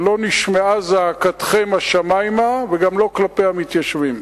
לא נשמעה זעקתכם השמימה וגם לא כלפי המתיישבים.